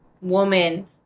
woman